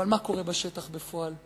אבל מה קורה בשטח בפועל?